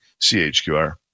CHQR